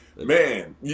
Man